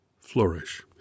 flourish